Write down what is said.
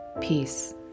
Peace